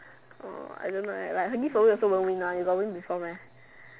!wah! I don't know eh like her give away also won't win one you got win before meh